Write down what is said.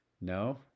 No